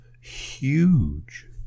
huge